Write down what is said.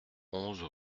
onze